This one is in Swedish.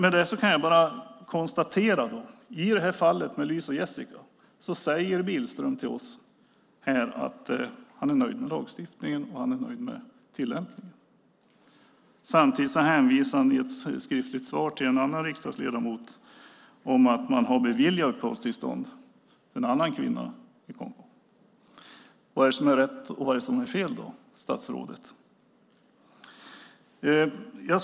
Jag kan bara konstatera att i detta fall med Lys och Jessica säger Billström till oss att han är nöjd med lagstiftningen och med tillämpningen. Samtidigt hänvisar han i ett skriftligt svar till en annan riksdagsledamot till att man har beviljat uppehållstillstånd för en annan kvinna i Kongo. Vad är det som är rätt, och vad är det som är fel då, statsrådet?